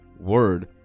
word